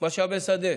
משאבי שדה,